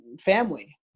family